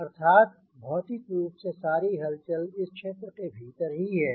अर्थात भौतिक रूप से सारी हलचल इस क्षेत्र के भीतर ही है